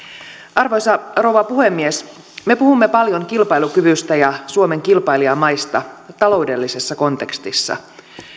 arvoisa rouva puhemies me puhumme paljon kilpailukyvystä ja suomen kilpailijamaista taloudellisessa kontekstissa